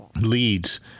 leads